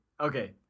Okay